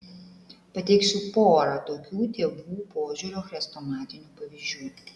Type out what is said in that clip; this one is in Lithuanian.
pateiksiu porą tokių tėvų požiūrio chrestomatinių pavyzdžių